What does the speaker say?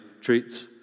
treats